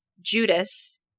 Judas